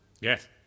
Yes